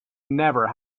never